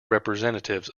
representatives